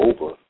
over